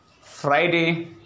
friday